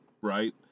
right